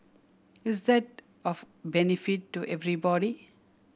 is that of benefit to everybody